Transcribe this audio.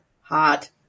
hot